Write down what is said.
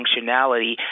functionality